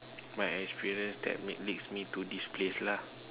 my experience that lead leads me to this place lah